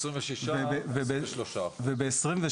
מעשרים ושישה לעשרים ושלושה אחוז.